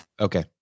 Okay